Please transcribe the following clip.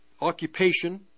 occupation